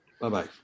Bye-bye